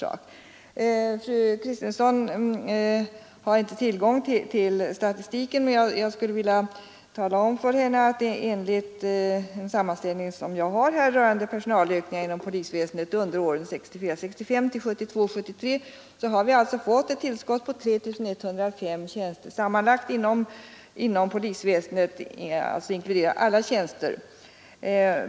Sedan sade fru Kristensson att hon inte hade tillgång till de statistiska uppgifterna, och då kan jag tala om att enligt en sammanställning som jag har här rörande personalökningarna inom polisväsendet under åren 1964 73 har vi fått ett tillskott på sammanlagt 3 105 tjänster inom polisen. Det inkluderar alla sorters tjänster.